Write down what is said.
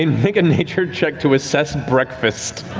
make a nature check to assess breakfast.